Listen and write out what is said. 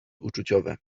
uczuciowe